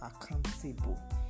accountable